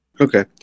Okay